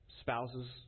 spouses